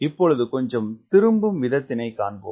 இப்பொழுது கொஞ்சம் திரும்பும் வீதத்தினைக் காண்போம்